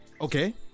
Okay